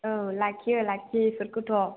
औ लाखियो लाखियो बिसोरखौथ'